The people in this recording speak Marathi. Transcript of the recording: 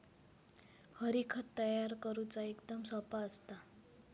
हरी, खत तयार करुचा एकदम सोप्पा असता